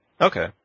Okay